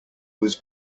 was